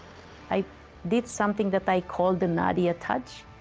i did something that i call the nadia touch,